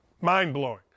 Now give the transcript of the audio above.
Mind-blowing